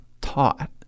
taught